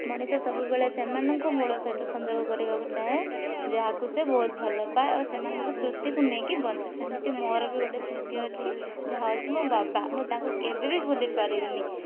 ମଣିଷ ସବୁବେଳେ ସେମାନଙ୍କୁ ମୂଳ ସହିତ ସଂଯୋଗ କରିବାକୁ ଚାହେଁ ଯାହାକୁ ସେ ବହୁତ ଭଲପାଏ ଓ ସେମାନଙ୍କ ସ୍ମୃତିକୁ ନେଇ ବଞ୍ଚେ ସେମିତି ମୋର ବି ଗୋଟିଏ ସ୍ମୃତି ଅଛି ଯାହା ହେଉଛି ମୋ' ବାବା ମୁଁ ତାଙ୍କୁ କେବେ ବି ଭୁଲି ପାରିବି ନାହିଁ